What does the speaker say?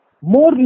more